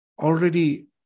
already